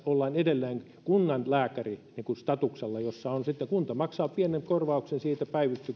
ollaan edelleen kunnanlääkäri statuksella jolloin kunta maksaa pienen korvauksen päivystyksestä